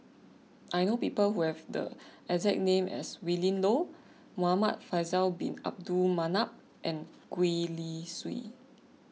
I know people who have the exact name as Willin Low Muhamad Faisal Bin Abdul Manap and Gwee Li Sui